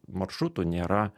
maršrutų nėra